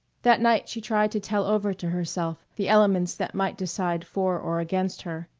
that night she tried to tell over to herself the elements that might decide for or against her.